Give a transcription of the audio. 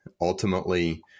ultimately